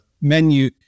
menu